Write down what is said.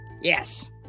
Yes